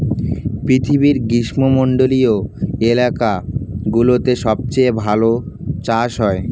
পৃথিবীর গ্রীষ্মমন্ডলীয় এলাকাগুলোতে সবচেয়ে ভালো চাষ হয়